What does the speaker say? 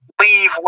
leave